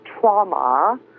trauma